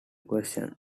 question